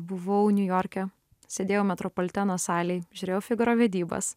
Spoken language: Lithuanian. buvau niujorke sėdėjau metropoliteno salėj žiūrėjau figaro vedybas